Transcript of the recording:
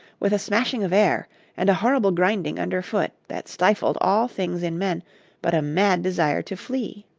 with a smashing of air and a horrible grinding underfoot that stifled all things in men but a mad desire to flee.